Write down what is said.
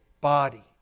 body